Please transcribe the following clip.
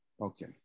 Okay